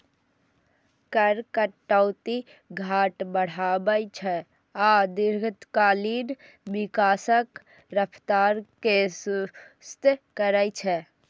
कर कटौती घाटा बढ़ाबै छै आ दीर्घकालीन विकासक रफ्तार कें सुस्त करै छै